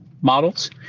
models